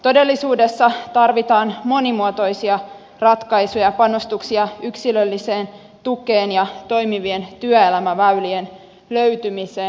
todellisuudessa tarvitaan monimuotoisia ratkaisuja ja panostuksia yksilölliseen tukeen ja toimivien työelämäväylien löytymiseen